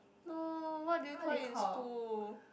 no what did we call it in school